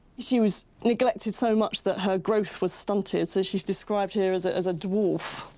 she was neglected so much that her growth was stunted, so she's described here as ah as a dwarf.